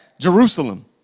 Jerusalem